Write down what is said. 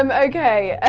um okay,